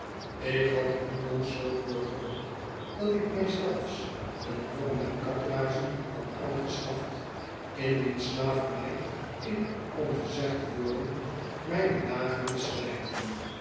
ik had onlangs zoo doorgehold dat ik mij zelfs een jongen met kaplaarzen had aangeschaft in wiens slavernij ik kon gezegd worden mijne dagen te slijten